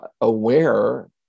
aware